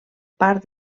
part